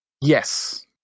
yes